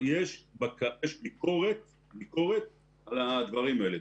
יש ביקורת על הדברים האלה.